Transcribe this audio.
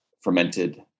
fermented